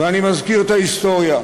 ואני מזכיר את ההיסטוריה: